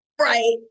right